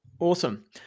Awesome